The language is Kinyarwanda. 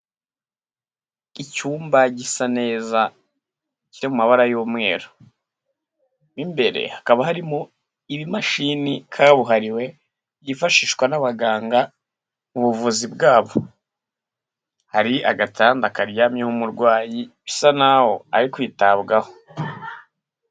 Icyumba gisa neza kiri mu mabara y'umweru. Mo imbere hakaba harimo ibimashini kabuhariwe byifashishwa n'abaganga mu buvuzi bwabo. Hari agatanda karyamyeho umurwayi bisa naho ari kwitabwaho.